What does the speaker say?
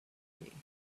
vacancy